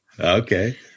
Okay